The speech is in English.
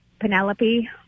Penelope